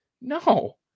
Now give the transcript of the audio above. No